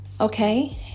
okay